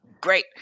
Great